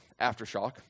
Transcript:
Aftershock